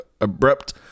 Abrupt